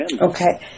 Okay